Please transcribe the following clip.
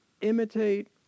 imitate